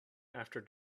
after